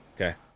okay